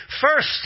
First